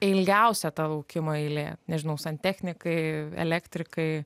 ilgiausia ta laukimo eilė nežinau santechnikai elektrikai